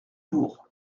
bourg